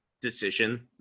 decision